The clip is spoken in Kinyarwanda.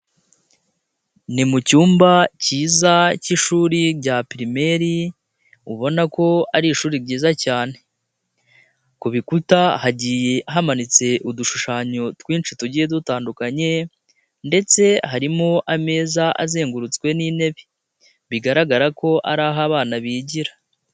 Ni mucyumba cyiza cy'ishuri rya primairi, ubona ko ari ishuri ryiza cyane, ku bikuta hagiye hamanitse udushushanyo twinshi tugiye dutandukanye ndetse harimo ameza azengurutswe n'intebe bigaragara ko ari aho abana bigira.